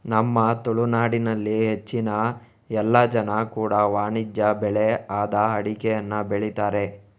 ನಮ್ಮ ತುಳುನಾಡಿನಲ್ಲಿ ಹೆಚ್ಚಿನ ಎಲ್ಲ ಜನ ಕೂಡಾ ವಾಣಿಜ್ಯ ಬೆಳೆ ಆದ ಅಡಿಕೆಯನ್ನ ಬೆಳೀತಾರೆ